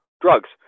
drugs